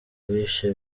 bishe